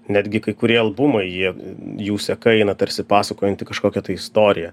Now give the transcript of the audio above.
netgi kai kurie albumai jie jų seka eina tarsi pasakojanti kažkokią tai istoriją